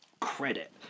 credit